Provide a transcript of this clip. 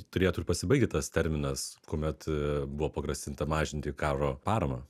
turėtų ir pasibaigti tas terminas kuomet buvo pagrasinta mažinti karo paramą